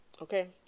okay